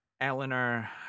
eleanor